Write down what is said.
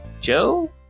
Joe